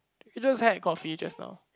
you just had a coffee just now